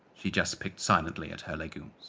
she just picked silently at her legumes.